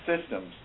systems